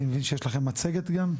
אני מבין שיש לכם מצגת גם?